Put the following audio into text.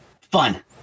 fun